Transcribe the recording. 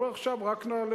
ואתה אומר: עכשיו רק נעלה.